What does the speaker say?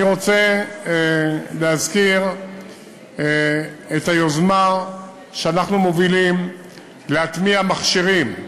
אני רוצה להזכיר את היוזמה שאנחנו מובילים להטמיע מכשירים,